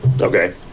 Okay